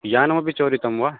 यानमपि चोरितं वा